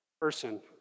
person